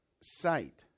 sight